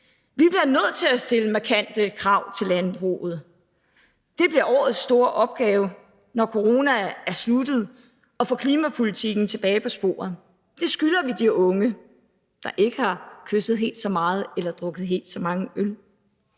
Vi bliver nødt til at stille markante krav til landbruget. Det bliver årets store opgave, når corona er slut, at få klimapolitikken tilbage på sporet. Det skylder vi de unge, der ikke har kysset helt så meget eller drukket helt så mange øl,